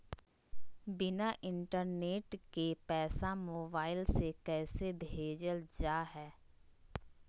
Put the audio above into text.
बिना इंटरनेट के पैसा मोबाइल से कैसे भेजल जा है?